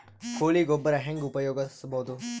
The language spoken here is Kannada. ಕೊಳಿ ಗೊಬ್ಬರ ಹೆಂಗ್ ಉಪಯೋಗಸಬಹುದು?